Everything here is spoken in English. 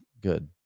Good